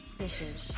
fishes